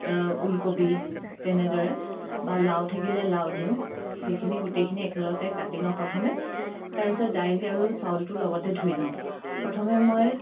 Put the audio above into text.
উলকবি তেনেদৰে বা লাও থাকিলে লাও দিওঁ সেইখিনি গোটেইখিনি একেলগতে কাটি লওঁ প্ৰথমে তাৰপিছত দাইল আৰু চাউলটো লগতে ধুই লওঁ প্ৰথমে মই